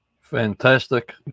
Fantastic